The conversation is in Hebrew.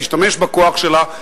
תשתמש בכוח שלה,